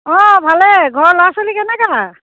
অঁ ভালেই ঘৰৰ ল'ৰা ছোৱালী কেনেকোৱা